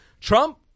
Trump